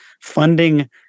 funding